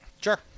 Sure